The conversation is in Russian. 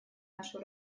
нашу